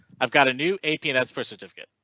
i've got a new apn as per certificates.